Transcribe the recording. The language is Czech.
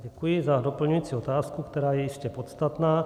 Děkuji za doplňující otázku, která je jistě podstatná.